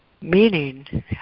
meaning